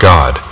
God